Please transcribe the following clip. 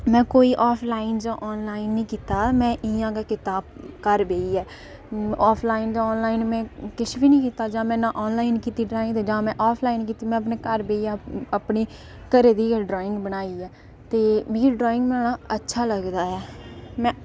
में कोई ऑफलाइन जां ऑनलाइन नीं कीता में इ'यां गै कीता घर बेहियै ऑफलाइन जां ऑनलाइन में किश बी नीं कीता जां में नां ऑनलाइन नीं कीती ड्राइंग तें जां ऑफलाइन कीती में अपने घर बेहियै अपने घरै दी गै ड्राइंग बनाई ऐ ते मिगीे ड्राइंग बनाना अच्छा लगदा